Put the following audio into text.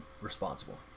responsible